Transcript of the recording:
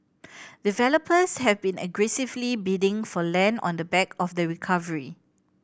developers have been aggressively bidding for land on the back of the recovery